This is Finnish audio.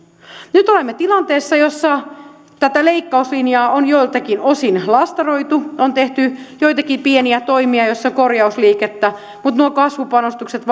nyt olemme tilanteessa jossa tätä leikkauslinjaa on joiltakin osin laastaroitu on tehty joitakin pieniä toimia joissa on korjausliikettä mutta nuo kasvupanostukset